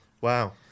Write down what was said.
Wow